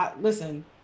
Listen